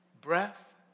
Breath